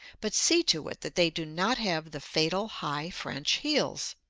but see to it that they do not have the fatal, high french heels.